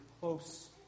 close